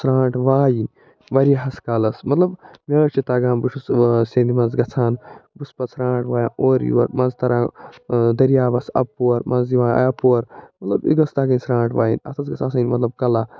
سرانٛٹ وایِنۍ وارِیاہس کالس مطلب مےٚ حظ چھُ تگان بہٕ چھُ سٮ۪نٛدِ منٛز گَژھان بہٕ چھُس پتہٕ سرانٛٹھ واین اورٕ یور منٛزٕ تران دٔریاوس اَپور منٛزٕ یِوان اٮ۪پور مطلب یہِ گٔژھۍ تَگٕنۍ سرانٛٹ وایِنۍ اتھ حظ گٔژھ آسٕنۍ مطلب کلا